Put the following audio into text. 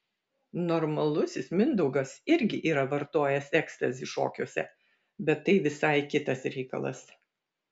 normalusis mindaugas irgi yra vartojęs ekstazį šokiuose bet tai visai kitas reikalas